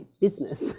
business